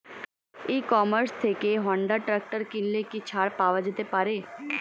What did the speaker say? ই commerce থেকে Honda tractor কিনলে কি ছাড় পাওয়া যেতে পারে?